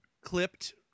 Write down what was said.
clipped